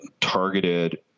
targeted